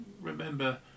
remember